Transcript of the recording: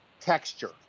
texture